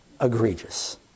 egregious